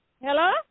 Hello